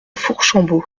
fourchambault